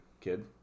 kid